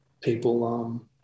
people